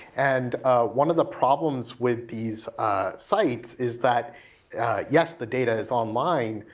and one of the problems with these sites is that yes, the data is all mined,